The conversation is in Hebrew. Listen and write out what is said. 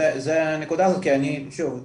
זו נקודה שוב,